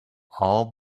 all